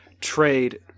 trade